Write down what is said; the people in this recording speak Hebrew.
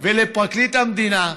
ולפרקליט המדינה,